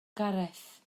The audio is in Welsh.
gareth